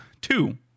two